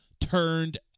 turned